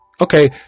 okay